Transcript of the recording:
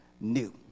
new